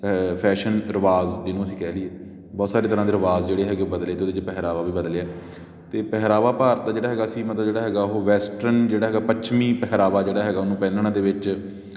fashion ਰਿਵਾਜ਼ ਜਿਹਨੂੰ ਅਸੀਂ ਕਹਿ ਲੀਏ ਬਹੁਤ ਸਾਰੇ ਤਰ੍ਹਾਂ ਦੇ ਰਿਵਾਜ਼ ਜਿਹੜੇ ਹੈਗੇ ਉਹ ਬਦਲੇ ਅਤੇ ਉਹਦੇ 'ਚ ਪਹਿਰਾਵਾ ਵੀ ਬਦਲਿਆ ਅਤੇ ਪਹਿਰਾਵਾ ਭਾਰਤ ਦਾ ਜਿਹੜਾ ਹੈਗਾ ਸੀ ਮਤਲਬ ਜਿਹੜਾ ਹੈਗਾ ਉਹ ਵੈਸਟਰਨ ਜਿਹੜਾ ਹੈਗਾ ਪੱਛਮੀ ਪਹਿਰਾਵਾ ਜਿਹੜਾ ਹੈਗਾ ਉਹਨੂੰ ਪਹਿਨਣ ਦੇ ਵਿੱਚ